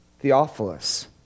Theophilus